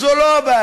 זו לא הבעיה.